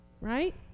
Right